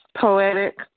poetic